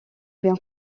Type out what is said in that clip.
bien